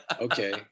okay